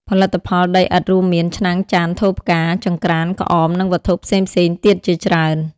ផលិតផលដីឥដ្ឋរួមមាន ឆ្នាំង ចាន ថូផ្កា ចង្រ្កាន ក្អម និងវត្ថុផ្សេងៗទៀតជាច្រើន។